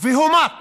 "והומת